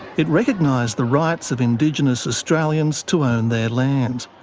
it recognised the rights of indigenous australians to own their land.